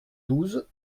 douze